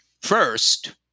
First